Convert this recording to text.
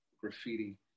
graffiti